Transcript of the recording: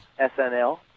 SNL